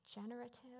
generative